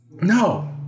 No